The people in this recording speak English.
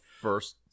first